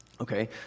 Okay